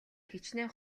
хэчнээн